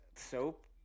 Soap